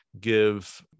give